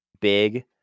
big